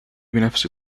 بنفس